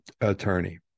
attorney